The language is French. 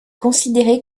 considéré